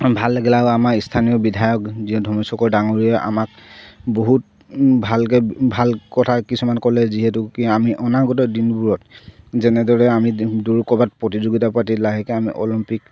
ভাল লাগিলে আৰু আমাৰ স্থানীয় বিধায়ক যি ধৰ্মেশ্বৰ ডাঙৰীয়াই আমাক বহুত ভালকে ভাল কথা কিছুমান ক'লে যিহেতু কি আমি অনাগত দিনবোৰত যেনেদৰে আমি দৌৰ ক'বাত প্ৰতিযোগিতা পাতি লাহেকে আমি অলিম্পিক